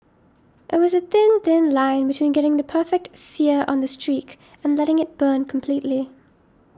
it was a thin thin line between getting the perfect sear on the streak and letting it burn completely